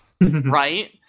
Right